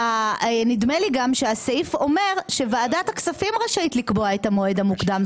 נדמה לי גם שהסעיף אומר שוועדת הכספים רשאית לקבוע את המועד המוקדם.